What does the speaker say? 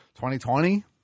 2020